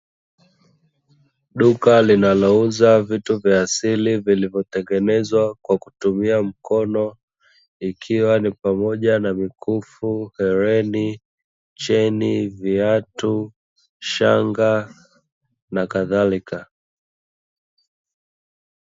Duka linalouza vitu vya asili vilivyotengenezwa kwa kutumia mkono, ikiwa ni pamoja na mikufu, hereni, cheni, viatu shanga na kadhalika.